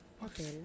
Hotel